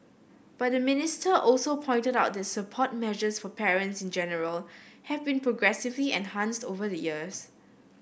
but the minister also pointed out that support measures for parents in general have been progressively enhanced over the years